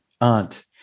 aunt